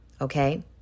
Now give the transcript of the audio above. okay